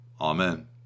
Amen